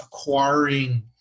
acquiring